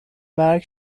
مرگ